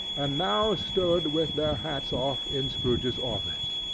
and now stood, with their hats off, in scrooge's office.